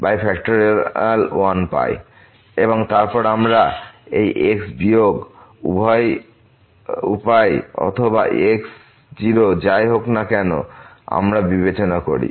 পাই এবং তারপর আমরা এই x বিয়োগ উভয় উপায় অথবা x0 যাই হোক না কেন আমরা বিবেচনা করি